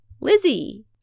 Lizzie